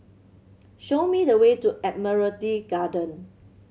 show me the way to Admiralty Garden